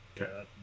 Okay